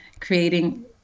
creating